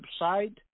website